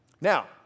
Now